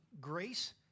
grace